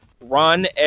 run